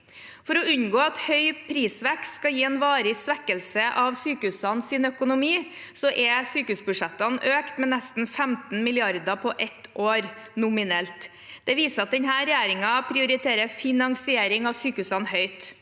For å unngå at høy prisvekst skal gi en varig svekkelse av sykehusenes økonomi, er sykehusbudsjettet økt med nesten 15 mrd. kr på ett år, nominelt. Det viser at denne regjeringen prioriterer finansiering av sykehusene høyt.